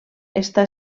està